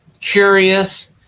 curious